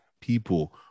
people